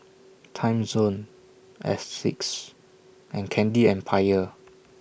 Timezone Asics and Candy Empire